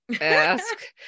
ask